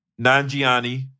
Nanjiani